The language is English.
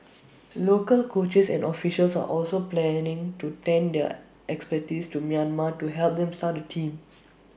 local coaches and officials are also planning to lend their expertise to Myanmar to help them start A team